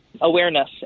awareness